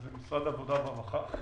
אכן, זה משרד העבודה והרווחה.